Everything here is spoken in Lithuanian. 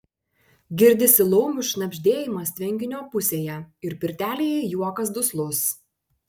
girdisi laumių šnabždėjimas tvenkinio pusėje ir pirtelėje juokas duslus